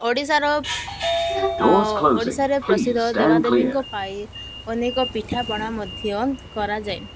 ଓଡ଼ିଶାର ଓଡ଼ିଶାରେ ପ୍ରସିଦ୍ଧ ଦେବାଦେବୀଙ୍କ ପାଇଁ ଅନେକ ପିଠାପଣା ମଧ୍ୟ କରାଯାଏ